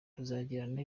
tuzagirana